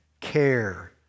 care